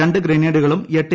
രണ്ട് ഗ്രനേഡുകളും എട്ട് എ